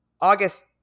August